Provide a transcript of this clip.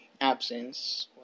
absence